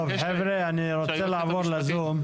טוב חבר'ה, אני רוצה לעבור לזום.